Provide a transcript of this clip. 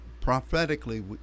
prophetically